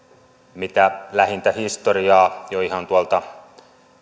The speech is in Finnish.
mitä lähintä historiaa jo ihan tuolta